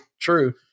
true